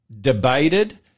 debated